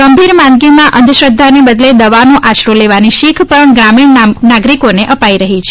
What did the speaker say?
ગંભીર માંદગીમાં અંધશ્રદ્ધાને બદલે દવાનો આશરો લેવાની શીખ પણ ગ્રામીણ નાગરિકોને અપાઇ રહી છે